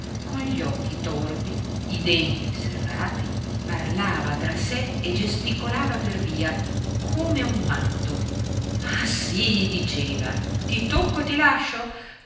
con gli occhi torvi i denti serrati parlava tra sé e gesticolava per via come un matto ah sì diceva ti tocco e ti lascio